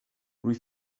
louis